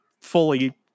fully